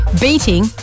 beating